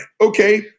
Okay